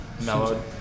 Mellowed